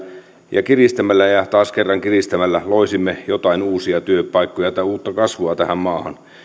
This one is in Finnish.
ja kiristämällä ja taas kerran kiristämällä loisimme joitain uusia työpaikkoja tai uutta kasvua tähän maahan